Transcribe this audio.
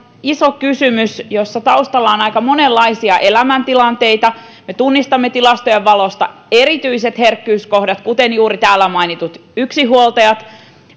iso kysymys jossa taustalla on aika monenlaisia elämäntilanteita me tunnistamme tilastojen valosta erityiset herkkyyskohdat kuten juuri täällä mainitut yksinhuoltajat